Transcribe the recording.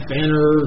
Banner